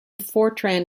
fortran